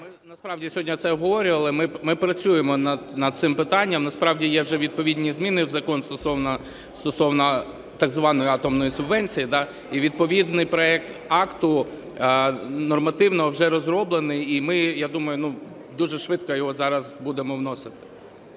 насправді сьогодні це обговорювали, ми працюємо над цим питанням. Насправді є вже відповідні зміни в закон стосовно, так званої, атомної субвенції. І відповідний проект акта нормативно вже розроблений, і ми, я думаю, дуже швидко його зараз будемо вносити.